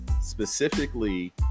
specifically